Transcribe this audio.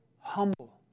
humble